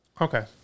Okay